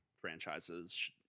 franchises